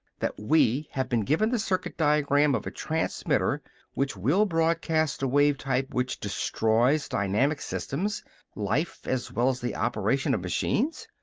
that we have been given the circuit-diagram of a transmitter which will broadcast a wave-type which destroys dynamic systems life as well as the operation of machines.